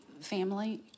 family